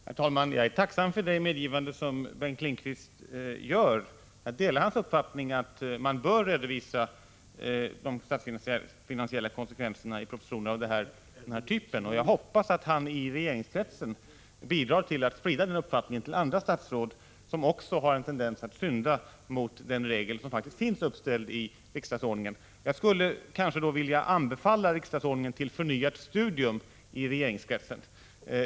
Herr talman! Jag är tacksam för det medgivande som Bengt Lindqvist gör. Jag delar hans uppfattning att man bör redovisa de statsfinansiella konsekvenserna i propositioner av den här typen. Jag hoppas att han i regeringskretsen bidrar till att sprida den uppfattningen till andra statsråd, som också har en tendens att synda mot den regel som faktiskt finns i riksdagsordningen. Jag skulle vilja anbefalla riksdagsordningen till förnyat studium i regeringskretsen.